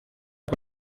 uko